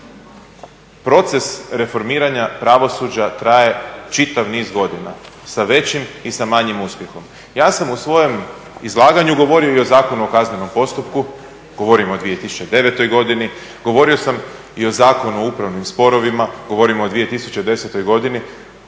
Proces reformiranja pravosuđa traje čitav niz godina, sa većim i sa manjim uspjehom. Ja sam u svojem izlaganju govorio i o Zakonu o kaznenom postupku, govorim o 2009. godini, govorio sam i o Zakonu o upravnim sporovima, govorimo o 2010. godini.